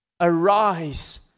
Arise